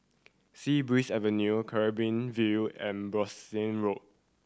Sea Breeze Avenue Canberra View and Bassein Road